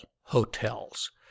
hotels